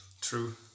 True